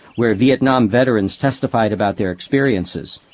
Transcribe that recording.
where vietnam veterans testified about their experiences,